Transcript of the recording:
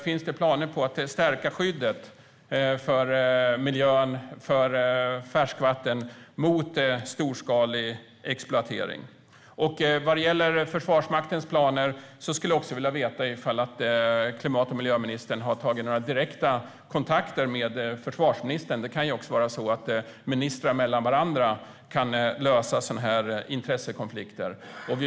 Finns det några planer på att stärka skyddet för miljön och färskvatten mot storskalig exploatering? När det gäller Försvarsmaktens planer skulle jag också vilja veta om klimat och miljöministern har tagit några direkta kontakter med försvarsministern. Ministrar kan ju mellan varandra lösa sådana här intressekonflikter.